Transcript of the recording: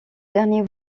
dernier